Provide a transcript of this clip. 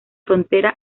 frontera